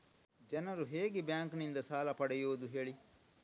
ಜನರು ಹೇಗೆ ಬ್ಯಾಂಕ್ ನಿಂದ ಸಾಲ ಪಡೆಯೋದು ಹೇಳಿ